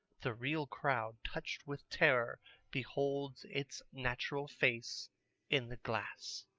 the real crowd touched with terror beholds its natural face in the glass.